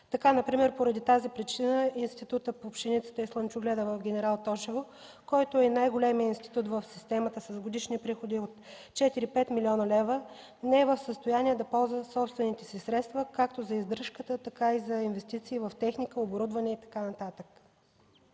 да се развиват. Поради тази причина Институтът по пшеницата и слънчогледа в Генерал Тошево, който е и най-големият институт в системата с годишни приходи от 4-5 млн. лв., не е в състояние да ползва собствените си средства както за издръжката, така и за инвестиции в техника, оборудване и така нататък.